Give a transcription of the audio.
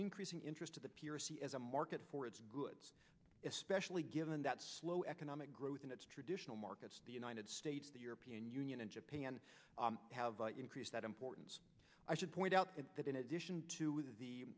increasing interest to the p r c as a market for its goods especially given that slow economic growth in its traditional markets the united states the european union and japan have increased that importance i should point out that in addition to the